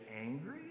angry